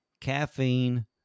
caffeine